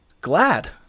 glad